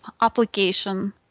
application